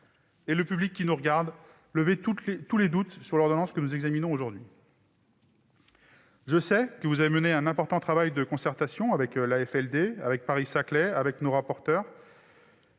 et du public qui nous regarde, concernant l'ordonnance que nous examinons aujourd'hui. Je le sais, vous avez mené un important travail de concertation avec l'AFLD, Paris-Saclay et nos rapporteurs.